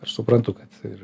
aš suprantu kad ir